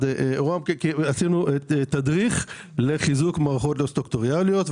עשינו תדריך לחיזוק מערכות לא סטרוקטורליות,